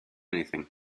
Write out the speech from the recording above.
anything